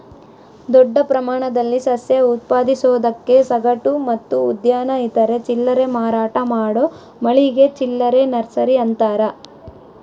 ದೊಡ್ಡ ಪ್ರಮಾಣದಲ್ಲಿ ಸಸ್ಯ ಉತ್ಪಾದಿಸೋದಕ್ಕೆ ಸಗಟು ಮತ್ತು ಉದ್ಯಾನ ಇತರೆ ಚಿಲ್ಲರೆ ಮಾರಾಟ ಮಾಡೋ ಮಳಿಗೆ ಚಿಲ್ಲರೆ ನರ್ಸರಿ ಅಂತಾರ